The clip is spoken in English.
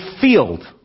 field